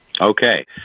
Okay